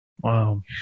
Wow